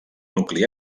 nucli